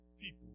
people